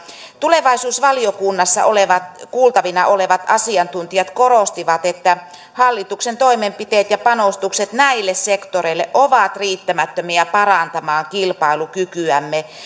tulevaisuusvaliokunnassa kuultavina olevat asiantuntijat korostivat että hallituksen toimenpiteet ja panostukset näille sektoreille ovat riittämättömiä parantamaan kilpailukykyämme